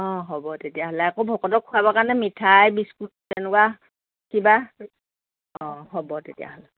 অঁ হ'ব তেতিয়াহ'লে আকৌ ভকতক খোৱাবলৈ মিঠাই বিস্কুট তেনেকুৱা কিবা অঁ হ'ব তেতিয়াহ'লে